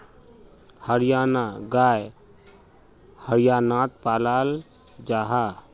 हरयाना गाय हर्यानात पाल जाहा